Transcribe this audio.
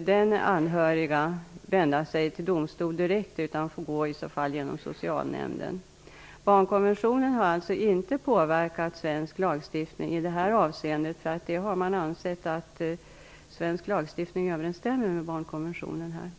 denna anhöriga vända sig till domstol direkt, utan får i så fall gå genom socialnämnden. Barnkonventionen har alltså inte påverkat svensk lagstiftning i det här avseendet. Man har ansett att svensk lagstiftning på denna punkt överensstämmer med barnkonventionen.